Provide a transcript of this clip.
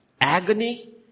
agony